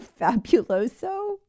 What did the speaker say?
Fabuloso